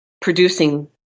producing